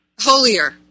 Holier